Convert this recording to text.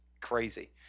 crazy